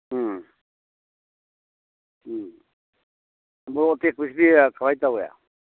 ꯎꯝ ꯎꯝ ꯃꯣꯔꯣꯛ ꯑꯇꯦꯛꯄꯁꯤꯗꯤ ꯀꯃꯥꯏ ꯇꯧꯏ